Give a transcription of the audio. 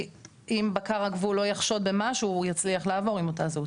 אם בקר הגבול לא יחשוד במשהו הוא יצליח לעבור עם אותה זהות,